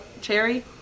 cherry